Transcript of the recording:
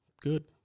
Good